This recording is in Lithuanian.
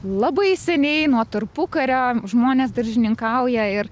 labai seniai nuo tarpukario žmonės daržininkauja ir